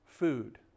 food